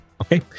Okay